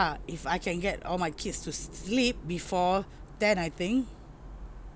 ya if I can get all my kids to sleep before ten I think